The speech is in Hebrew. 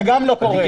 זה גם לא קורה.